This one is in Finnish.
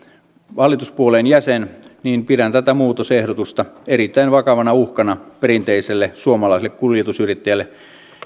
hallituspuolueen jäsen niin pidän tätä muutosehdotusta erittäin vakavana uhkana perinteiselle suomalaiselle kuljetusyrittäjälle